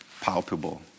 palpable